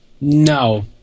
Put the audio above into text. No